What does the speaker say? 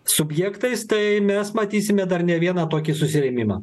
subjektais tai mes matysime dar ne vieną tokį susirėmimą